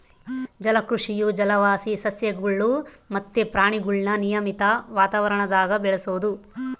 ಜಲಕೃಷಿಯು ಜಲವಾಸಿ ಸಸ್ಯಗುಳು ಮತ್ತೆ ಪ್ರಾಣಿಗುಳ್ನ ನಿಯಮಿತ ವಾತಾವರಣದಾಗ ಬೆಳೆಸೋದು